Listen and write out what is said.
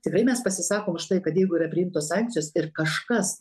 tikrai mes pasisakom už tai kad jeigu yra priimtos sankcijos ir kažkas